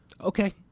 Okay